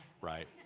right